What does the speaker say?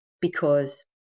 because-